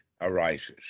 arises